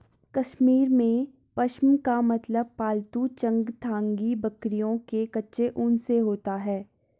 कश्मीर में, पश्म का मतलब पालतू चंगथांगी बकरियों के कच्चे ऊन से होता है